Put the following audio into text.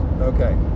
Okay